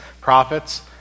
prophets